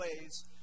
ways